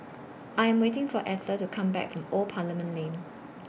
I Am waiting For Ether to Come Back from Old Parliament Lane